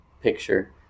picture